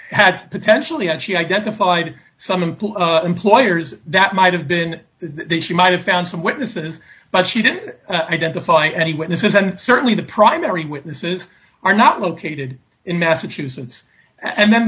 had potentially as she identified some employees employers that might have been there she might have found some witnesses but she didn't identify any witnesses and certainly the primary witnesses are not located in massachusetts and then